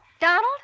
Donald